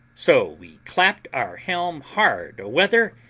so we clapped our helm hard a-weather,